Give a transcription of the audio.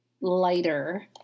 lighter